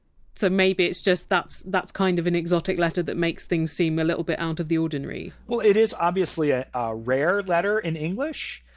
so maybe it's just that's that's kind of an exotic letter that makes things seem a little bit out of the ordinary well it is obviously ah a rare letter in english.